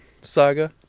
saga